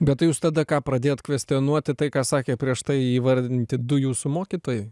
bet tai jūs tada ką pradėjot kvestionuoti tai ką sakė prieš tai įvardinti du jūsų mokytojai